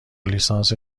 لیسانس